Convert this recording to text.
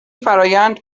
فرایند